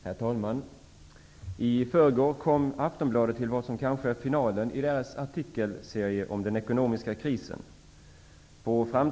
Herr talman! I förrgår kom Aftonbladet till vad som kanske är finalen i en artikelserie om den ekonomiska krisen.